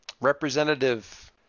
representative